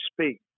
speak